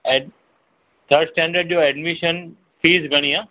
ऐं third standard जो admission fees घणी आहे